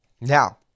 Now